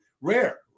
rare